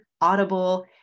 Audible